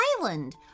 island